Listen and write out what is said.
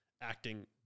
acting